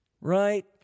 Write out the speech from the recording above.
right